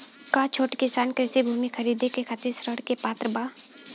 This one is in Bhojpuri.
का छोट किसान कृषि भूमि खरीदे के खातिर ऋण के पात्र बा?